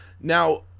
Now